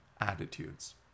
attitudes